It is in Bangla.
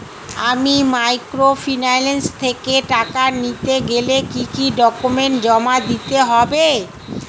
আমি মাইক্রোফিন্যান্স থেকে টাকা নিতে গেলে কি কি ডকুমেন্টস জমা দিতে হবে?